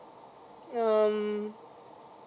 um